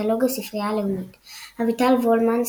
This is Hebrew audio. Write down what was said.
בקטלוג הספרייה הלאומית אביטל וולמן,